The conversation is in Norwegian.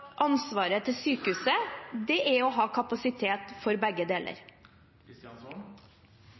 ansvaret til sykehuset er å ha kapasitet for begge deler.